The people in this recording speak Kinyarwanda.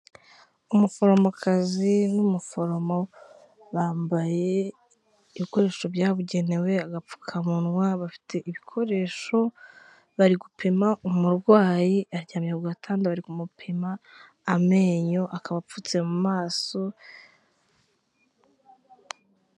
Umuforomokazi n'umuforomo, bambaye ibikoresho byabugenewe, agapfukamunwa, bafite ibikoresho, bari gupima umurwayi, aryamye ku gatanda bari kumupima amenyo, akaba apfutse mu maso.